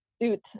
suit